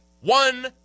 one